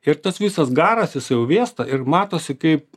ir tas visas garas jisai jau vėsta ir matosi kaip